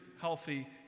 healthy